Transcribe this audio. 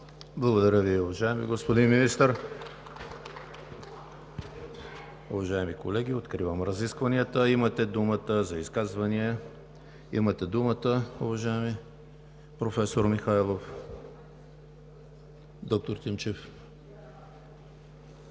Благодаря Ви, уважаеми господин Министър. Уважаеми колеги, откривам разискванията. Имате думата за изказвания. Заповядайте, уважаеми професор Михайлов.